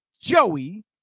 Joey